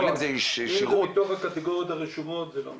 אם זה מתוך הקטגוריות הרשומות, זה לא משנה.